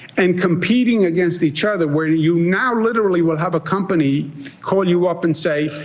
and competing against each other where you now literally will have a company call you up and say,